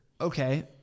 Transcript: Okay